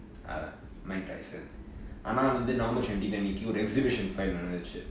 uh mike tyson ஆனா வந்து:aanaa vanthu normal november twenty twenty ஒறு:oru exhibition fight நடந்துச்சு:nadanthuchu